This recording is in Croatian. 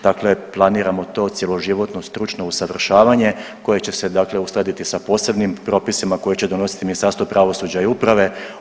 Dakle, planiramo to cjeloživotno, stručno usavršavanje koje će se, dakle uskladiti sa posebnim propisima koje će donositi Ministarstvo pravosuđa i uprave.